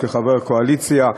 כחבר קואליציה,